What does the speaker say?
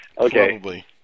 okay